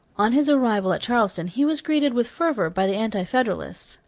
on his arrival at charleston, he was greeted with fervor by the anti-federalists.